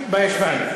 רסיס בישבן.